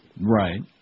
Right